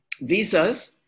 visas